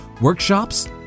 workshops